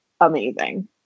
amazing